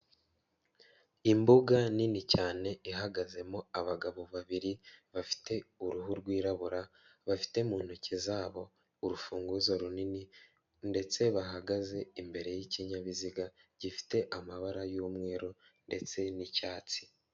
Imbuga nini cyane ihagazemo abagabo babiri bafite uruhu rwirabura, bafite mu ntoki zabo urufunguzo runini ndetse bahagaze imbere y'ikinyabiziga gifite amabara y'umweru ndetse n'icyatsi.